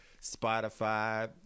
Spotify